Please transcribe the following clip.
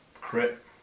Crit